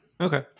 Okay